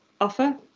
offer